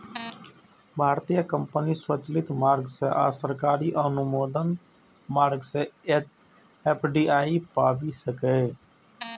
भारतीय कंपनी स्वचालित मार्ग सं आ सरकारी अनुमोदन मार्ग सं एफ.डी.आई पाबि सकैए